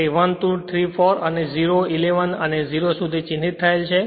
તે 1 2 3 4 અને 0 11 અને 0 સુધી ચિહ્નિત થયેલ છે